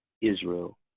israel